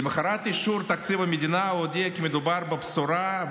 למוחרת אישור תקציב המדינה הוא הודיע כי מדובר בבשורה,